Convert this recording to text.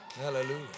Hallelujah